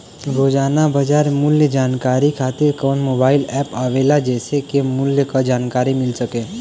रोजाना बाजार मूल्य जानकारी खातीर कवन मोबाइल ऐप आवेला जेसे के मूल्य क जानकारी मिल सके?